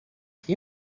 feet